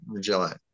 July